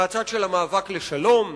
מהצד של המאבק לשלום,